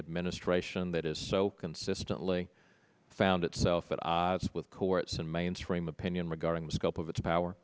administration that is so consistently found itself at odds with courts and mainstream opinion regarding the scope of its power